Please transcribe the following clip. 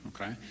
okay